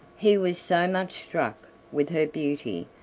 he was so much struck with her beauty.